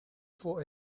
for